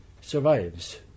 survives